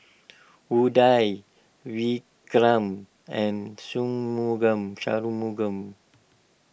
Udai Vikram and Shunmugam